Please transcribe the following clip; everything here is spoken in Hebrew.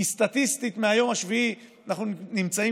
כי סטטיסטית מהיום השביעי אנחנו נמצאים